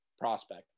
prospect